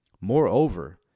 Moreover